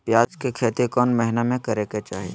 प्याज के खेती कौन महीना में करेके चाही?